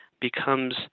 becomes